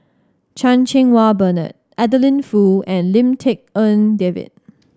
Chan Cheng Wah Bernard Adeline Foo and Lim Tik En David